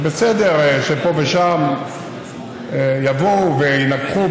ובסדר שפה ושם יבואו וינגחו,